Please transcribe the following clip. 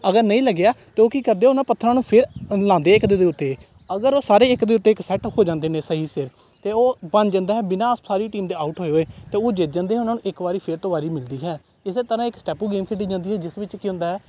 ਅਗਰ ਨਹੀਂ ਲੱਗਿਆ ਤਾਂ ਉਹ ਕੀ ਕਰਦੇ ਉਹਨਾਂ ਪੱਥਰਾਂ ਨੂੰ ਫਿਰ ਲਾਉਂਦੇ ਇੱਕ ਦਜੇ ਦੇ ਉੱਤੇ ਅਗਰ ਉਹ ਸਾਰੇ ਇੱਕ ਦੇ ਉੱਤੇ ਇੱਕ ਸੈਟ ਹੋ ਜਾਂਦੇ ਨੇ ਸਹੀ ਸਿਰ ਤਾਂ ਉਹ ਬਣ ਜਾਂਦਾ ਹੈ ਬਿਨਾਂ ਸਾਰੀ ਟੀਮ ਦੇ ਆਊਟ ਹੋਏ ਹੋਏ ਅਤੇ ਉਹ ਜਿੱਤ ਜਾਂਦੇ ਉਹਨਾਂ ਨੂੰ ਇੱਕ ਵਾਰੀ ਫੇਰ ਤੋਂ ਵਾਰੀ ਮਿਲਦੀ ਹੈ ਇਸੇ ਤਰ੍ਹਾਂ ਇੱਕ ਸਟੈਪੂ ਗੇਮ ਖੇਡੀ ਜਾਂਦੀ ਆ ਜਿਸ ਵਿੱਚ ਕੀ ਹੁੰਦਾ ਹੈ